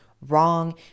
wrong